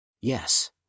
Yes